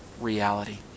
reality